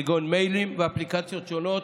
כגון מיילים ואפליקציות שונות,